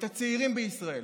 את הצעירים בישראל.